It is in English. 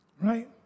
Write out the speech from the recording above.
right